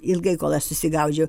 ilgai kol aš susigaudžiau